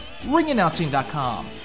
Ringannouncing.com